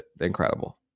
incredible